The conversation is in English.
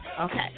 Okay